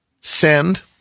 send